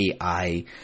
AI